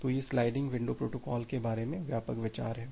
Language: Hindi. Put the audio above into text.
तो यह स्लाइडिंग विंडो प्रोटोकॉल के बारे में व्यापक विचार है